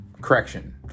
Correction